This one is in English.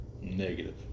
Negative